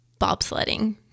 Bobsledding